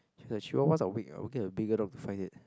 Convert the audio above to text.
Chihuahuas are weak ah we'll get a bigger dog to fight it